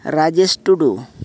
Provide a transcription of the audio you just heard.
Rajesh Tudu